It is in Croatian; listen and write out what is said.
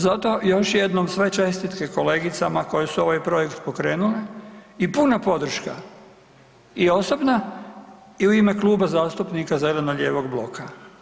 Zato još jednom sve čestitke kolegicama koje su ovaj projekt pokrenula i puna podrška i osobna i u ime Kluba zastupnika zeleno-lijevog bloka.